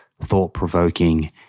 thought-provoking